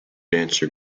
dance